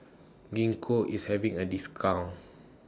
Gingko IS having A discount